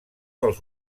dels